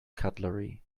cutlery